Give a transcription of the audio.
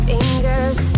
Fingers